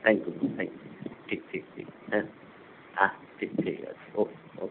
thank you thank you ঠিক ঠিক ঠিক হ্যাঁ হ্যাঁ ঠিক ঠিক আছে ওকে ওকে